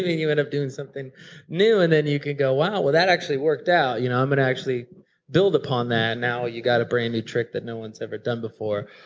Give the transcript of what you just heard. you end up doing something new and then you can go, wow, ah that actually worked out, you know, i'm going to actually build upon that. now you got a brand new trick that no one's ever done before.